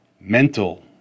mental